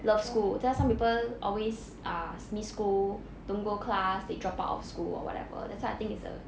love school that's why are some people always ah miss school don't go class they drop out of school or whatever that's why I think it's a